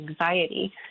anxiety